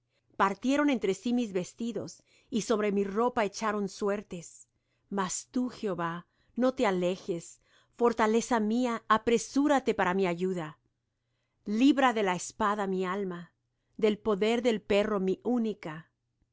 partieron entre sí mis vestidos y sobre mi ropa echaron suertes mas tú jehová no te alejes fortaleza mía apresúrate para mi ayuda libra de la espada mi alma del poder del perro mi única